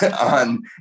on